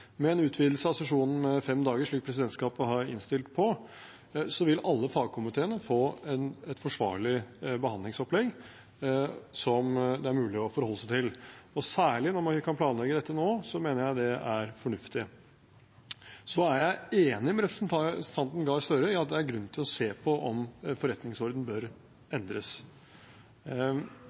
Med en utvidelse av sesjonen med fem dager, slik presidentskapet har innstilt på, vil alle fagkomiteene få et forsvarlig behandlingsopplegg som det er mulig å forholde seg til. Særlig når vi kan planlegge dette nå, mener jeg at det er fornuftig. Jeg er enig med representanten Gahr Støre i at det er grunn til å se på om forretningsordenen bør endres,